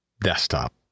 desktop